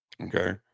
Okay